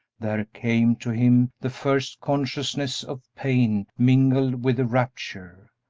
there came to him the first consciousness of pain mingled with the rapture,